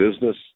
business